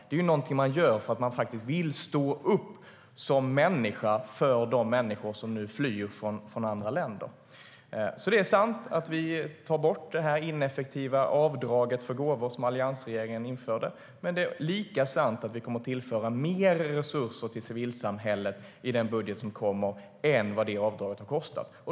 Det är något man gör för att man faktiskt vill stå upp som människa för de människor som nu flyr från andra länder. Det är sant att vi tar bort det ineffektiva avdraget för gåvor, som alliansregeringen införde. Men det är lika sant att vi kommer att tillföra mer resurser till civilsamhället i den budget som kommer än vad avdraget har kostat.